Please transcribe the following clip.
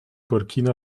burkina